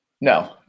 No